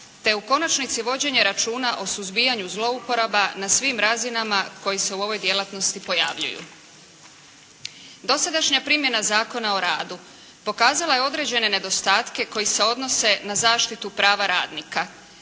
te u konačnici vođenje računa o suzbijanju zlouporaba na svim razinama koji se u ovoj djelatnosti pojavljuju. Dosadašnja primjena Zakona o radu pokazala je određene nedostatke koji se odnose na zaštitu prava radnika,